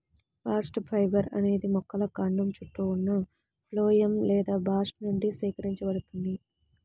bast fibre అనేది మొక్కల కాండం చుట్టూ ఉన్న ఫ్లోయమ్ లేదా బాస్ట్ నుండి సేకరించబడుతుంది